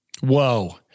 Whoa